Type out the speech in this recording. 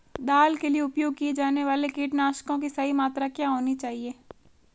दाल के लिए उपयोग किए जाने वाले कीटनाशकों की सही मात्रा क्या होनी चाहिए?